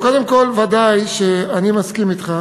קודם כול, ודאי שאני מסכים אתך